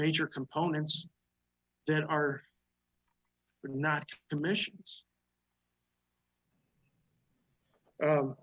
major components that are not commissions